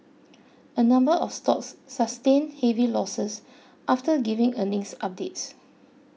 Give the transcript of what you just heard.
a number of stocks sustained heavy losses after giving earnings updates